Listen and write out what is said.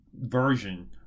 version